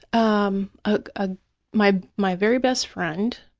um ah ah my my very best friend,